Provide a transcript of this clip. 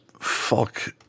Fuck